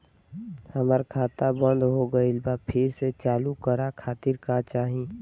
हमार खाता बंद हो गइल बा फिर से चालू करा खातिर का चाही?